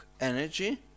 energy